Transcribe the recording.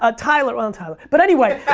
ah tyler, well tyler, but anyway.